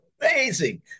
amazing